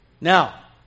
Now